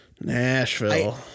Nashville